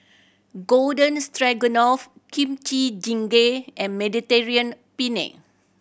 Garden Stroganoff Kimchi Jjigae and Mediterranean Penne